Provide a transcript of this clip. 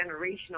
generational